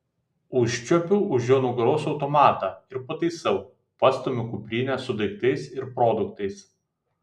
užčiuopiu už jo nugaros automatą ir pataisau pastumiu kuprinę su daiktais ir produktais